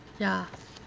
ya